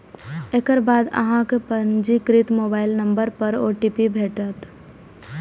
एकर बाद अहांक पंजीकृत मोबाइल नंबर पर ओ.टी.पी भेटत